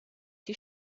die